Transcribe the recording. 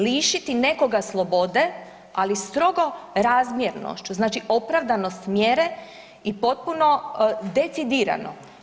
Lišiti nekoga slobode, ali strogo razmjernošću, znači opravdanost mjere i potpuno decidirano.